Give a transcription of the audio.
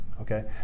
Okay